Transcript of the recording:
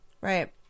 Right